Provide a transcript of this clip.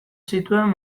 zituen